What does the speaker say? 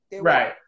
Right